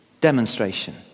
demonstration